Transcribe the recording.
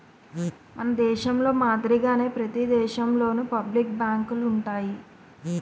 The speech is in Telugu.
మన దేశంలో మాదిరిగానే ప్రతి దేశంలోనూ పబ్లిక్ బ్యాంకులు ఉంటాయి